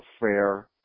fair